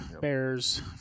bears